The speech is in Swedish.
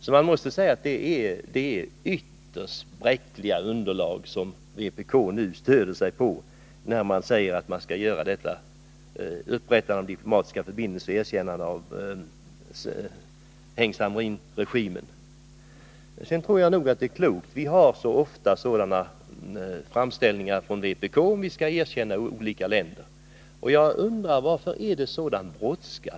Jag måste därför säga att det är ytterst bräckliga underlag som vpk nu stöder sig på när man föreslår att Sverige skall upprätta diplomatiska förbindelser med och erkänna Heng Samrin-regimen. Vi får ofta framställningar från vpk om att vi skall erkänna olika regimer. Jag undrar varför det i dessa sammanhang är sådan brådska.